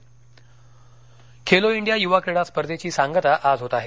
Khelo India Khelo India यूवा क्रीडा स्पर्धेची सांगता आज होत आहे